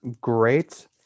great